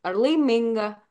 ar laiminga